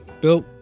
built